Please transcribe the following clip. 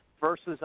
versus